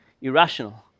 irrational